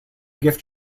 gift